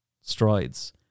strides